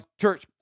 church